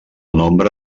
nombre